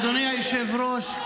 אדוני היושב-ראש,